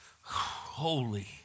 holy